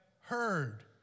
heard